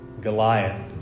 Goliath